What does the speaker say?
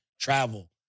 travel